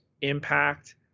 impact